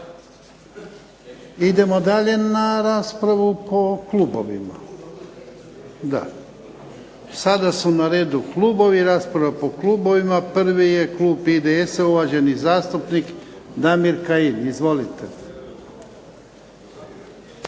Idemo dalje na raspravu po klubovima. Sada su na redu klubovi, rasprava po klubovima prvi je klub IDS-a uvaženi zastupnik Damir Kajin. Izvolite.